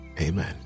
Amen